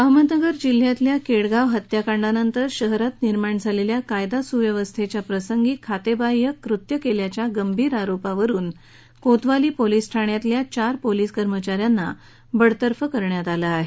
अहमदनगर जिल्ह्यातल्या केडगाव हत्याकांडानंतर शहरात निर्माण झालेल्या कायदा सुव्यवस्थेच्या प्रसंगी खातेबाह्य कृत्य केल्याच्या गंभीर आरोपावरून कोतवाली पोलिस ठाण्यातल्या चार पोलिस कर्मचाऱ्यांना बडतर्फ केलं आहे